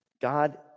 God